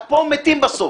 רק פה מתים בסוף.